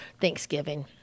Thanksgiving